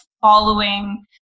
following